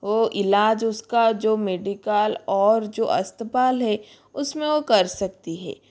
वह इलाज़ उसका जो मेडिकल ओर जो अस्पताल है उसमें वह कर सकती हे